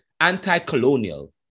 anti-colonial